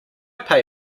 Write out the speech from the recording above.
pay